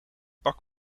pak